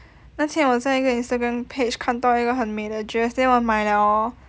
那天我在一个 Instagram page 看到一个很美的我买了 hor